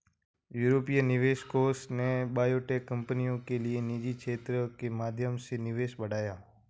यूरोपीय निवेश कोष ने बायोटेक कंपनियों के लिए निजी क्षेत्र के माध्यम से निवेश बढ़ाया